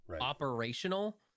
operational